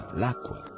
l'acqua